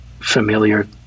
familiar